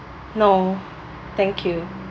no thank you